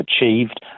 achieved